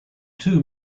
too